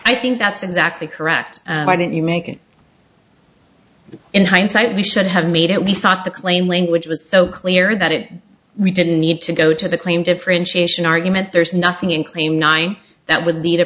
i think that's exactly correct why didn't you make it in hindsight we should have made it we thought the claim language was so clear that it we didn't need to go to the claim differentiation argument there's nothing in claim nine that would